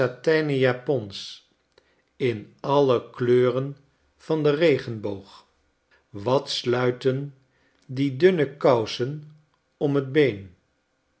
satijnen japons in alle kleuren van den regenboog wat sluiten die dunne kousen om fc been